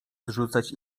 zrzucać